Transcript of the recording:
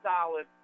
solid